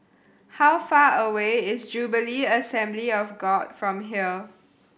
how far away is Jubilee Assembly of God from here